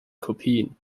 kopien